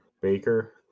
Baker